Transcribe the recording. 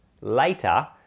later